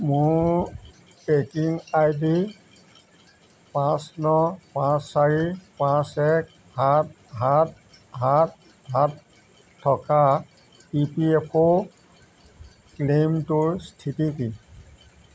মোৰ tracking I D পাঁচ ন পাঁচ চাৰি পাঁচ এক সাত সাত সাত সাত থকা ই পি এফ অ' ক্লেইমটোৰ স্থিতি কি